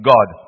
God